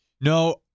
No